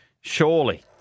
surely